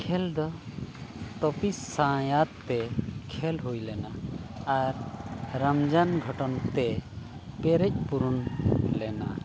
ᱠᱷᱮᱞ ᱫᱚ ᱛᱟᱹᱯᱤᱥ ᱥᱟᱸᱭᱟᱫᱛᱮ ᱠᱷᱮᱞ ᱦᱩᱭᱞᱮᱱᱟ ᱟᱨ ᱨᱟᱢᱚᱡᱟᱱ ᱜᱷᱚᱴᱚᱱᱛᱮ ᱯᱮᱨᱮᱡ ᱯᱩᱨᱩᱱ ᱞᱮᱱᱟ